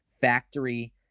factory